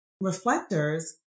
reflectors